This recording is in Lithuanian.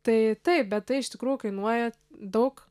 tai taip bet tai iš tikrųjų kainuoja daug